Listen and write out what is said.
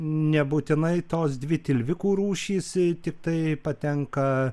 nebūtinai tos dvi tilvikų rūšys tiktai patenka